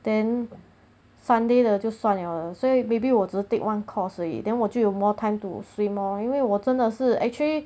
then sunday 的就算 liao 了所以 maybe 我只是 take one course 而已 then 我就有 more time to free more 因为我真的是 actually